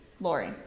Lori